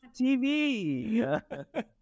TV